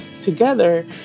together